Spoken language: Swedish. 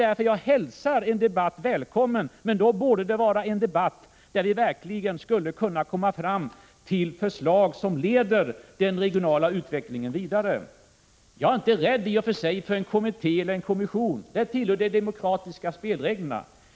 Därför välkomnar jag en debatt, men det borde vara en debatt där vi verkligen kom fram till förslag som leder den regionala utvecklingen vidare. Jag är inte rädd för en kommitté eller kommission i och för sig — att tillsätta sådana tillhör de demokratiska spelreglerna.